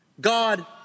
God